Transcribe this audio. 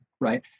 right